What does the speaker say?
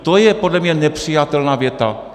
To je podle mě nepřijatelná věta.